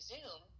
Zoom